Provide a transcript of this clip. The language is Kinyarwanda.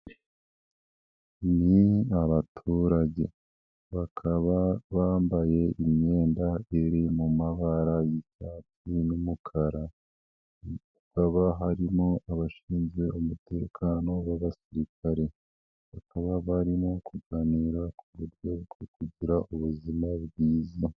Ni abaturage bakaba bambaye imyenda iri mu mabara y'icyatsi n'umukara hakaba harimo abashinzwe umutekano w'abasirikare bakaba barimo kuganira ku buryo bwo kugira ubuzima bwiza.